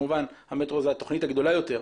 המטרו זה התוכנית הגדולה יותר,